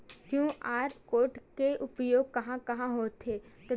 QR code के उपयोग कहां कहां होथे?